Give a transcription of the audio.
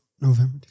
November